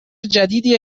جدیدیه